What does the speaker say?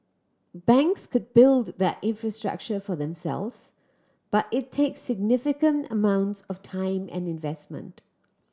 banks could build that infrastructure for themselves but it takes significant amounts of time and investment